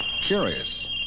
Curious